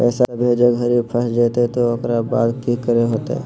पैसा भेजे घरी फस जयते तो ओकर बाद की करे होते?